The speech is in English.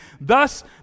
Thus